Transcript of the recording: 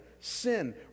sin